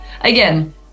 Again